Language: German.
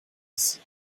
ist